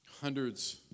hundreds